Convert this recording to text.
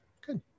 good